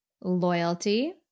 loyalty